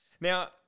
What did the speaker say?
Now